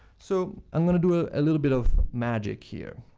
so, i'm going to do a ah little bit of magic here.